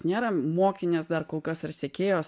nėra mokinės dar kol kas ar sekėjos